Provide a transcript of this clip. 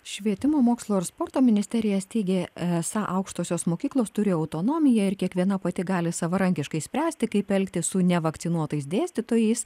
švietimo mokslo ir sporto ministerija teigia esą aukštosios mokyklos turi autonomiją ir kiekviena pati gali savarankiškai spręsti kaip elgtis su nevakcinuotais dėstytojais